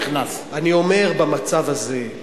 אני אומר, במצב הזה,